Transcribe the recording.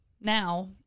Now